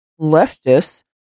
leftists